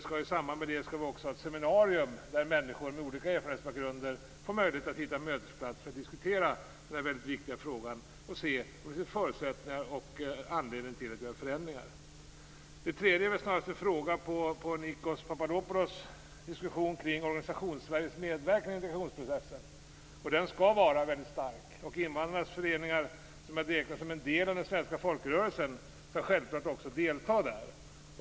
I samband med detta skall ett seminarium anordnas, där människor med olika bakgrund får möjlighet att hitta en mötesplats för att diskutera denna viktiga fråga och se på förutsättningar för och anledningar till att göra förändringar. Det tredje är snarast en fråga med anknytning till Sveriges medverkan i integrationsprocessen. Den skall vara väldigt stark. Invandrarnas föreningar, som jag räknar som en del av den svenska folkrörelsen, skall självfallet också delta.